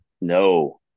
No